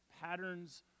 patterns